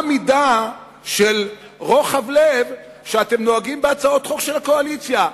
מידה של רוחב לב שאתם נוהגים בהצעות חוק של הקואליציה.